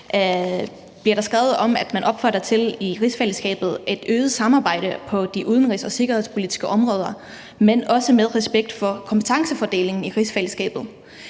bliver der skrevet, at man opfordrer til et øget samarbejde i rigsfællesskabet på de udenrigs- og sikkerhedspolitiske områder, men også med respekt for kompetencefordelingen i rigsfællesskabet.